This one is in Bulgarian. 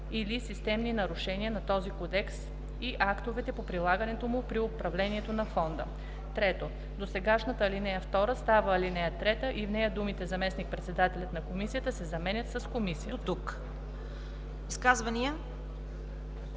или системни нарушения на този кодекс и на актовете по прилагането му при управлението на фонда.” 3. Досегашната ал. 2 става ал. 3 и в нея думите „Заместник-председателят на Комисията“ се заменят с „Комисията“.“